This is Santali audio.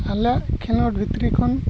ᱟᱞᱮᱭᱟᱜ ᱠᱷᱮᱞᱳᱰ ᱵᱷᱤᱛᱨᱤ ᱠᱷᱚᱱ